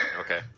Okay